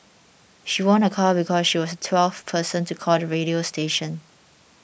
she won a car because she was the twelfth person to call the radio station